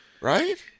Right